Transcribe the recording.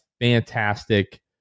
fantastic